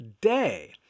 day